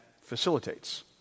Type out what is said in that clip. facilitates